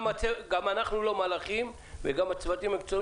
גם אנחנו לא מלאכים וגם הצוותים המקצועיים